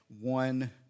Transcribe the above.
one